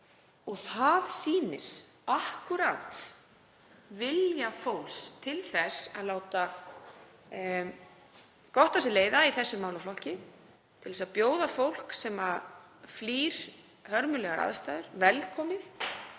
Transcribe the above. Það sýnir vilja fólks til þess að láta gott af sér leiða í þessum málaflokki, vilja til að bjóða fólk sem flýr hörmulegar aðstæður velkomið